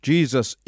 Jesus